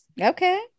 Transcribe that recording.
okay